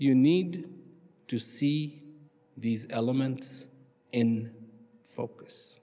you need to see these elements in focus